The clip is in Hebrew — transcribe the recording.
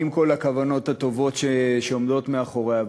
עם כל הכוונות הטובות שעומדות מאחוריה,